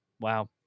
Wow